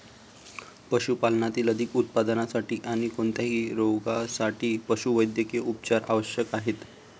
पशुपालनातील अधिक उत्पादनासाठी आणी कोणत्याही रोगांसाठी पशुवैद्यकीय उपचार आवश्यक आहेत